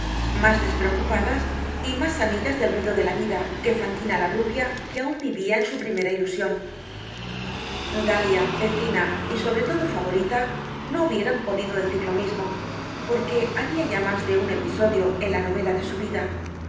mas despreocupadas y mas amigas del ruido de la vida que fantina la rubia que aun vivia en su primera ilusion dalia zefina y sobre todo favorita no hubieran podido decir lo mismo porque habia ya mas de un episodio en la novela de su vida el